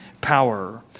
power